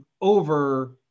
over